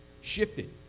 shifted